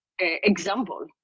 example